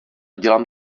dělám